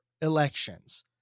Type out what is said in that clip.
elections